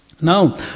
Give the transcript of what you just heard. Now